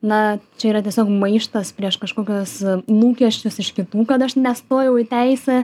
na čia yra tiesiog maištas prieš kažkokius lūkesčius iš kitų kad aš nestojau į teisę